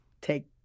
take